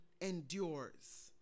endures